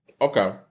Okay